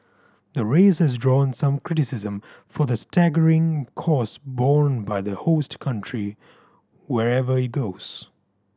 the race has drawn some criticism for the staggering cost borne by the host country wherever it goes